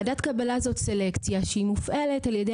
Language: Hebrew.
ועדת קבלה זאת סלקציה שהיא מופעלת על ידי